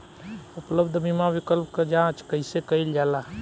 उपलब्ध बीमा विकल्प क जांच कैसे कइल जाला?